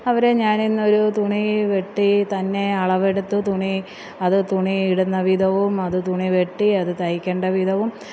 അവരെ ഞാനിന്ന് ഒരു തുണി വെട്ടി തന്നെ അളവെടുത്ത് തുണി അത് തുണി ഇടുന്ന വിധവും അത് തുണി വെട്ടി അത് തയിക്കേണ്ട വിധവും